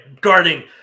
guarding